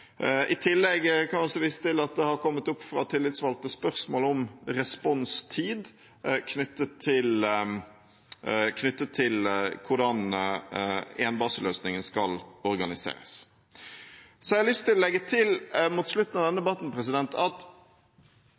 I tillegg kan jeg vise til at det fra tillitsvalgte har kommet spørsmål om responstid knyttet til hvordan énbaseløsningen skal organiseres. Mot slutten av denne debatten har jeg lyst til å legge til